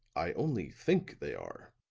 i only think they are,